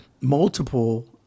multiple